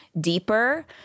deeper